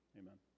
amen